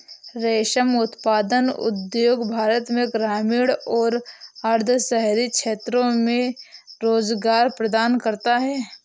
रेशम उत्पादन उद्योग भारत में ग्रामीण और अर्ध शहरी क्षेत्रों में रोजगार प्रदान करता है